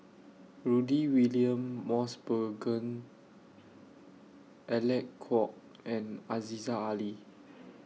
Rudy William Mosbergen Alec Kuok and Aziza Ali